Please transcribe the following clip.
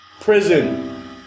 Prison